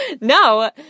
No